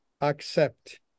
accept